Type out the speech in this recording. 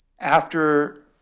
after